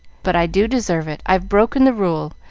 but i do deserve it i've broken the rule,